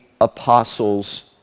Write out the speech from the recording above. apostles